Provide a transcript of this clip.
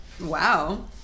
Wow